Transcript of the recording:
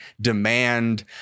demand